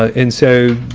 ah and so,